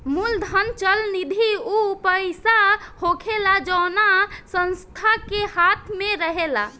मूलधन चल निधि ऊ पईसा होखेला जवना संस्था के हाथ मे रहेला